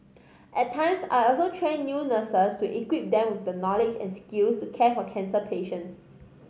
at times I also train new nurses to equip them with the knowledge and skills to care for cancer patients